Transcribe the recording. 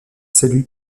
cellule